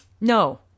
No